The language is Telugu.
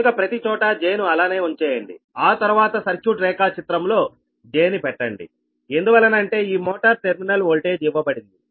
కనుక ప్రతి చోటా 'j'ను అలానే ఉంచేయండి ఆ తరవాత సర్క్యూట్ రేఖాచిత్రం లో 'j' ని పెట్టండి ఎందువలనంటే ఈ మోటర్ టెర్మినల్ వోల్టేజ్ ఇవ్వబడింది